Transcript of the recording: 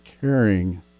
caring